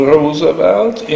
Roosevelt